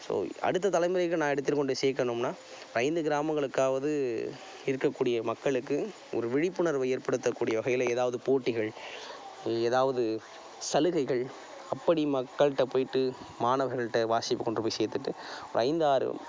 so அடுத்த தலைமுறைக்கு நான் எடுத்துட்டு கொண்டு போய் சேர்க்கணும்னா இப்போ ஐந்து கிராமங்களுக்காவது இருக்கக்கூடிய மக்களுக்கு ஒரு விழிப்புணர்வு ஏற்படுத்தக்கூடிய வகையில் எதாவது போட்டிகள் எதாவது சலுகைகள் அப்படி மக்கள்கிட்ட போய்விட்டு மாணவர்கள்கிட்ட வாசிப்பு கொண்டு போய் சேர்த்துவிட்டு ஒரு ஐந்து ஆறு